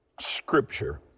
Scripture